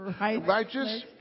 Righteous